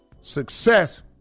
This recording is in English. Success